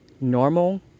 Normal